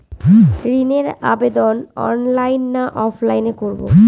ঋণের আবেদন অনলাইন না অফলাইনে করব?